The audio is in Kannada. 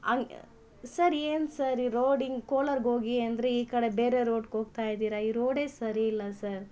ಅಯ್ ಸರ್ ಏನು ಸರ್ ಈ ರೋಡಿಂಗೆ ಕೋಲಾರ್ಗೋಗಿ ಅಂದರೆ ಈ ಕಡೆ ಬೇರೆ ರೋಡ್ಗೋಗ್ತಾಯಿದಿರ ಈ ರೋಡೇ ಸರಿ ಇಲ್ಲ ಸರ್